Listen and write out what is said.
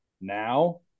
now